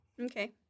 Okay